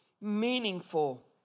meaningful